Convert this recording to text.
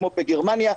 כמו בגרמניה,